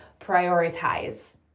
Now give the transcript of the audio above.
prioritize